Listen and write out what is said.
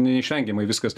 neišvengiamai viskas